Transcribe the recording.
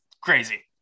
crazy